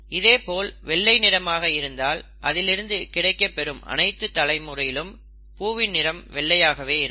இதே போல் வெள்ளை நிறமாக இருந்தால் அதிலிருந்து கிடைக்கப்பெறும் அனைத்து தலைமுறையிலும் பூவின் நிறம் வெள்ளையாகவே இருக்கும்